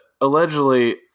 allegedly